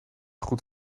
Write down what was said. goed